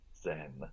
zen